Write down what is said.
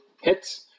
hits